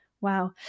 Wow